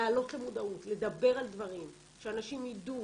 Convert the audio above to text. להעלות למודעות, לדבר על דברים שאנשים ידעו